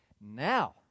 Now